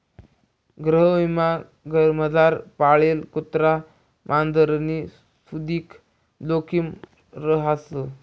गृहविमामा घरमझार पाळेल कुत्रा मांजरनी सुदीक जोखिम रहास